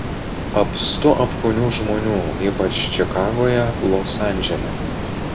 apstu apkūnių žmonių ypač čikagoje los andžele